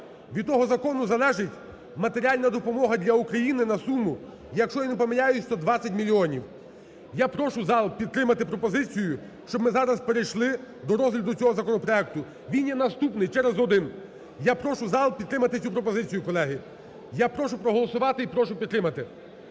від того закону залежить матеріальна допомога для України на суму, якщо я не помиляюсь, 120 мільйонів. Я прошу зал підтримати пропозицію, щоб ми зараз перейшли до розгляду цього законопроекту, він є наступний, через один. І я прошу зал підтримати цю пропозицію, колеги. Я прошу проголосувати і прошу підтримати.